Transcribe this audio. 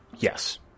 Yes